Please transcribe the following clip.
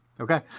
Okay